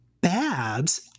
Babs